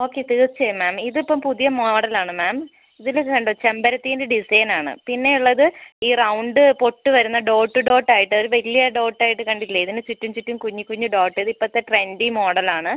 okay തീർച്ചയായും ma'am ഇത് ഇപ്പം പുതിയ മോഡൽ ആണ് മാം ഇതിൽ ഇത് കണ്ടോ ചെമ്പരത്തീൻ്റെ ഡിസൈൻ ആണ് പിന്നെ ഉള്ളത് ഈ റൗണ്ട് പൊട്ട് വരുന്ന ഡോട്ട് ഡോട്ട് ആയിട്ട് ഒരു വലിയ ഡോട്ട് ആയിട്ട് കണ്ടില്ലേ ഇതിന് ചുറ്റും ചുറ്റും കുഞ്ഞി കുഞ്ഞി ഡോട്ട് ഇത് ഇപ്പോഴത്തെ ട്രെൻഡി മോഡൽ ആണ്